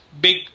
big